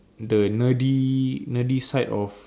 the nerdy nerdy side of